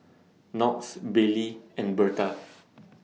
Knox Bailey and Berta